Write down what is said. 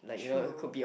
true